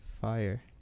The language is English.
Fire